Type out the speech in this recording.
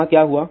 यहाँ क्या हुआ